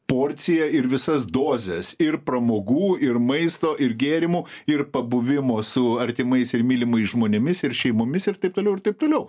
porciją ir visas dozes ir pramogų ir maisto ir gėrimų ir pabuvimo su artimais ir mylimais žmonėmis ir šeimomis ir taip toliau ir taip toliau